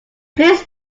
please